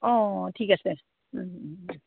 অঁ ঠিক আছে